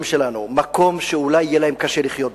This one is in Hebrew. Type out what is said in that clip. שלנו מקום שאולי יהיה להם קשה לחיות בו.